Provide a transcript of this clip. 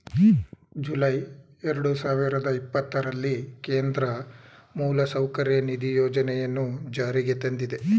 July ಎರಡು ಸಾವಿರದ ಇಪ್ಪತ್ತರಲ್ಲಿ ಕೇಂದ್ರ ಮೂಲಸೌಕರ್ಯ ನಿಧಿ ಯೋಜನೆಯನ್ನು ಜಾರಿಗೆ ತಂದಿದೆ